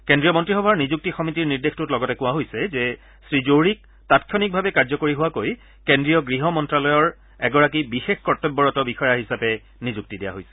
কেন্দ্ৰীয় মন্ত্ৰীসভাৰ নিযুক্তি সমিতিৰ নিৰ্দেশটোত লগতে কোৱা হৈছে যে শ্ৰীজোহৰীক তাংক্ষণিকভাৱে কাৰ্যকৰী হোৱাকৈ কেদ্ৰীয় গৃহমন্ত্যালয়ৰ এগৰাকী বিশেষ কৰ্তব্যৰত বিষয়া হিচাপে নিযুক্তি দিয়া হৈছে